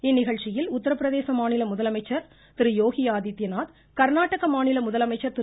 இந்நிகழ்ச்சியில் உத்திரப்பிரதேச மாநில முதலமைச்சர் யோகி ஆதித்யநாத் கர்நாடக மாநில முதலமைச்சர் திரு